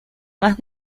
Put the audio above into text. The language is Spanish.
más